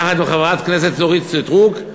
יחד עם חברת הכנסת אורית סטרוק,